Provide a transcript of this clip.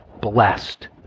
blessed